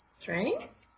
strength